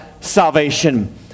salvation